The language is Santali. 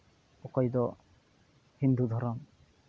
ᱚᱠᱚᱭ ᱫᱚ ᱦᱤᱱᱫᱩ ᱫᱷᱚᱨᱚᱢ